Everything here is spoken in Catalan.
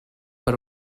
per